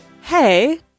Hey